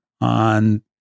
on